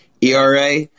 ERA